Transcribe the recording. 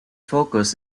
focus